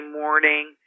morning